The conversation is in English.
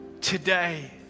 today